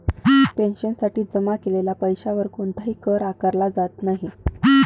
पेन्शनसाठी जमा केलेल्या पैशावर कोणताही कर आकारला जात नाही